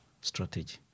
strategy